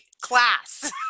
class